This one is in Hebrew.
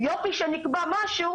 שנקבע משהו,